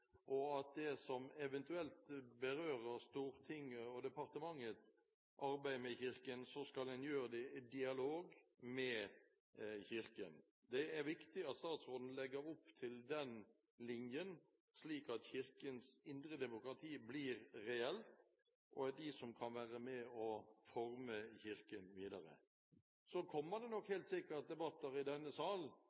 og at det som eventuelt berører Stortinget og departementets arbeid med Kirken, skal en gjøre i dialog med Kirken. Det er viktig at statsråden legger opp til den linjen, slik at Kirkens indre demokrati blir reelt, og er det som kan være med og forme Kirken videre. Så kommer det nok helt sikkert debatter i denne sal